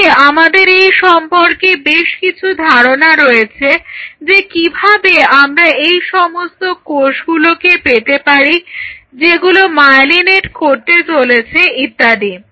আজকে আমাদের এই সম্পর্কে বেশ কিছু ধারনা রয়েছে যে কিভাবে আমরা সেই সমস্ত কোষগুলোকে পেতে পারি যেগুলো মায়েলিনেট করতে চলেছে ইত্যাদি